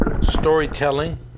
storytelling